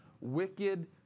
wicked